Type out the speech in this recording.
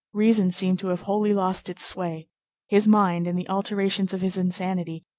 reason seemed to have wholly lost its sway his mind, in the alternations of his insanity,